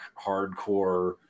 hardcore